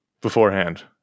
beforehand